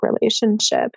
relationship